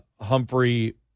Humphrey